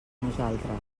nosaltres